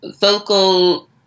vocal